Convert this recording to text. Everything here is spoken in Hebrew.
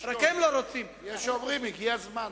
רק הם לא רוצים יש האומרים שהגיע הזמן.